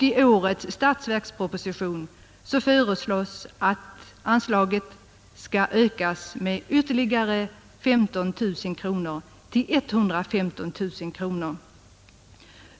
I årets statsverksproposition föreslås att anslaget skall höjas med ytterligare 15 000 kronor till 115 000 kronor.